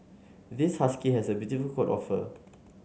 this husky has a beautiful coat of fur